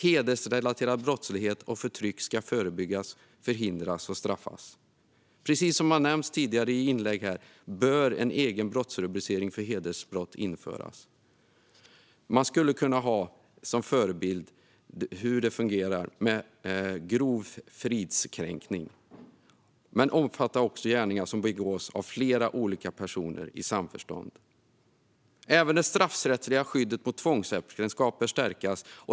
Hedersrelaterad brottslighet och hedersrelaterat förtryck ska förebyggas, förhindras och bestraffas. Precis som nämnts i tidigare inlägg här bör en egen brottsrubricering för hedersbrott införas. Man skulle kunna ha bestämmelsen om grov fridskränkning som förebild, men brottet ska omfatta också gärningar som begås av flera olika personer i samförstånd. Även det straffrättsliga skyddet mot tvångsäktenskap bör stärkas.